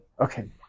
Okay